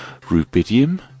Rubidium